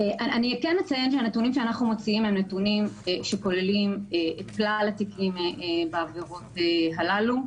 הנתונים שאנחנו מציגים כוללים את כלל התיקים בעבירות הללו.